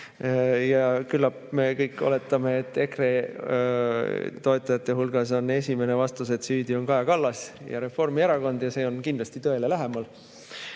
Küllap me kõik oletame, et EKRE toetajate hulgas on esimene vastus, et süüdi on Kaja Kallas ja Reformierakond. See on kindlasti tõele lähemal. Aga